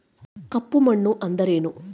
ಕಪ್ಪು ಮಣ್ಣು ಎಂದರೇನು?